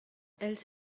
els